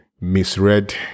misread